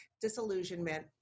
disillusionment